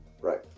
Right